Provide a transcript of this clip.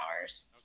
hours